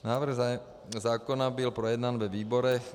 Návrh zákona byl projednán ve výborech.